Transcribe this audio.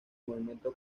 movimiento